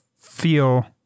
feel